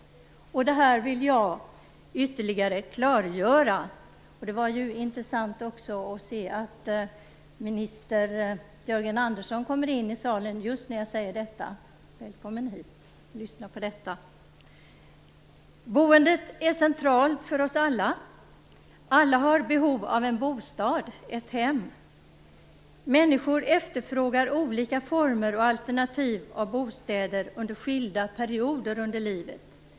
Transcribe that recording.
Detta vill jag ytterligare klargöra. Det är intressant att se att minister Jörgen Andersson kommer in i salen här just när jag säger detta. Välkommen hit att lyssna på detta! Boendet är centralt för oss alla. Alla har behov av en bostad, ett hem. Människor efterfrågar olika former och alternativ av bostäder under skilda perioder under livet.